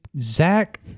Zach